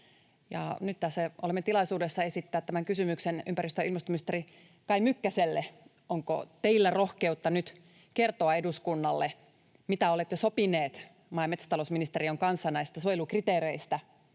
olemme tilaisuudessa esittää tämän kysymyksen ympäristö- ja ilmastoministeri Kai Mykkäselle. Onko teillä rohkeutta nyt kertoa eduskunnalle, mitä olette sopinut maa- ja metsätalousministeriön kanssa näistä suojelukriteereistä?